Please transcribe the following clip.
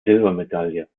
silbermedaille